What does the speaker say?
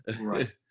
Right